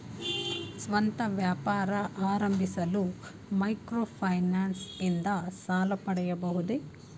ಸ್ವಂತ ವ್ಯಾಪಾರ ಆರಂಭಿಸಲು ಮೈಕ್ರೋ ಫೈನಾನ್ಸ್ ಇಂದ ಸಾಲ ಪಡೆಯಬಹುದೇ?